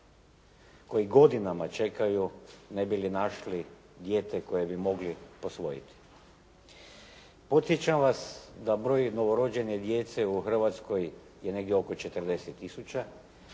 koji godinama čekaju ne bi li našli dijete koje bi mogli posvojiti. Podsjećam vas da broj novorođene djece u Hrvatskoj je negdje oko 40 tisuća